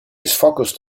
focused